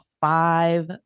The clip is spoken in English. five